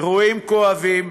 אירועים כואבים,